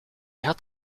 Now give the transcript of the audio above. had